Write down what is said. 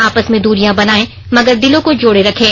आपस में दूरियां बनायें मगर दिलों को जोड़े रखें